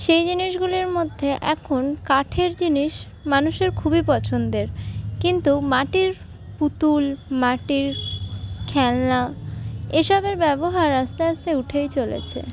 সেই জিনিসগুলির মধ্যে এখন কাঠের জিনিস মানুষের খুবই পছন্দের কিন্তু মাটির পুতুল মাটির খেলনা এই সবের ব্যবহার আস্তে আস্তে উঠেই চলেছে